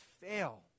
fail